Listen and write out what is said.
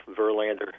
Verlander